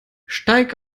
steig